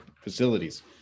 facilities